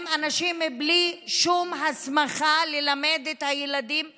אנשים בלי שום הסמכה ללמד את הילדים שלנו,